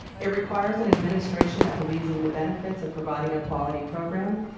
it requires an administration that believes in the benefits of providing a quality program,